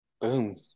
boom